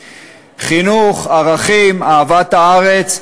חינוך, ערכים, אהבת הארץ,